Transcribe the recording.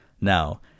Now